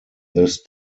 this